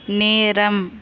நேரம்